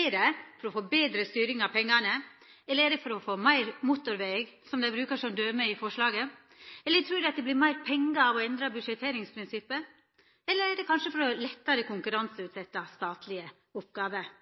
Er det for å få betre styring med pengane, eller er det for å få meir motorveg, som dei brukar som døme i forslaget? Trur dei at det vert meir pengar av å endra budsjetteringsprinsippet, eller er det kanskje for lettare å konkurranseutsetja statlege oppgåver?